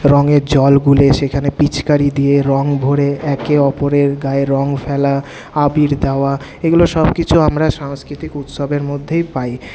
রঙের জল গুলে সেখানে পিচকারি দিয়ে রঙ ভরে একে অপরের গায়ে রঙ ফেলা আবির দেওয়া এগুলো সবকিছু আমরা সাংস্কৃতিক উৎসবের মধ্যেই পাই